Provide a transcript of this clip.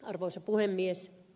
arvoisa puhemies